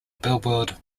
billboard